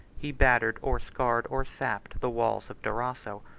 he battered, or scaled, or sapped, the walls of durazzo.